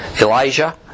Elijah